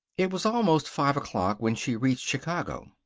it was almost five o'clock when she reached chicago.